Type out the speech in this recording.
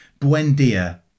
Buendia